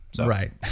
Right